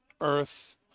earth